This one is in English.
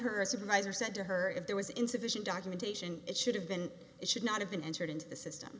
supervisor said to her if there was insufficient documentation it should have been it should not have been entered into the system